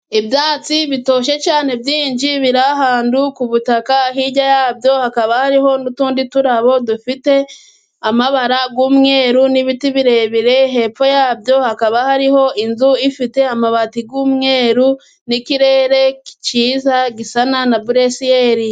Ibyatsi bitoshye cyane byinshi biri ahantu ku butaka, hirya yabyo hakaba hariho n'utundi turabo dufite amabara y'umweru, n'ibiti birebire ,hepfo yabyo hakaba hariho inzu ifite amabati y'umweru, n'ikirere cyiza gisa na buresiyeri.